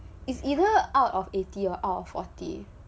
is either out of eighty or out of forty